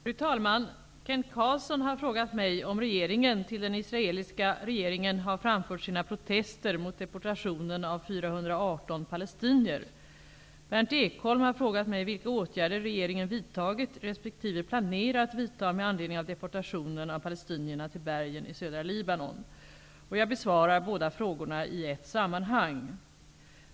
Fru talman! Kent Carlsson har frågat mig om regeringen till den israeliska regeringen har framfört sina protester mot deportationen av 418 palestinier. Berndt Ekholm har frågat mig vilka åtgärder regeringen vidtagit resp. planerar att vidta med anledning av deportationen av palestinierna till bergen i södra Libanon. Jag besvarar båda frågorna i ett sammanhang.